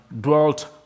dwelt